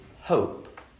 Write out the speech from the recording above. hope